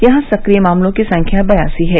यहां सक्रिय मामलों की संख्या बयासी है